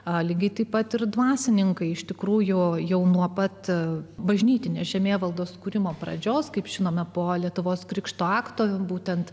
atlygiai taip pat ir dvasininkai iš tikrųjų jau nuo pat bažnytinės žemėvaldos kūrimo pradžios kaip žinome po lietuvos krikštu aktoriui būtent